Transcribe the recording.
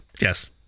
Yes